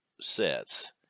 sets